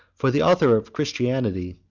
for the author of christianity,